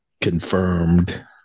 confirmed